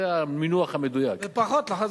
זה המינוח המדויק.